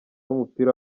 w’umupira